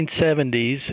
1970s